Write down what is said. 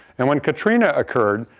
and when katrina occurred,